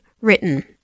written